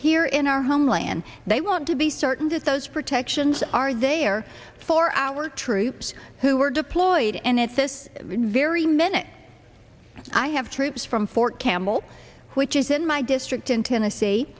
here in our homeland they want to be certain that those protections are there for our troops who are deployed and at this very minute i have troops from fort campbell which is in my district in tennessee